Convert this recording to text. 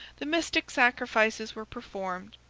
the mystic sacrifices were performed,